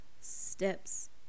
steps